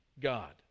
God